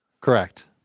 Correct